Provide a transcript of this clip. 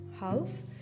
house